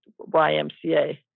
YMCA